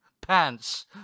Pants